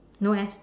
no eh